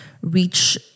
reach